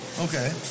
Okay